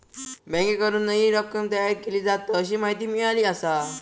बँकेकडून नईन रक्कम तयार केली जाता, अशी माहिती मिळाली आसा